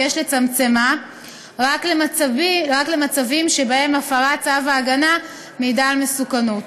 ויש לצמצמה רק למצבים שבהם הפרת צו ההגנה מעידה על מסוכנות.